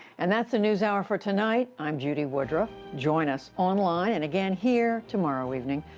and that's the newshour for tonight. i'm judy woodruff. join us online and again here tomorrow evening.